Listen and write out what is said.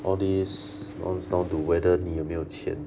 all these rounds down to whether 你有没有钱